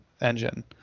engine